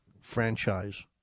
franchise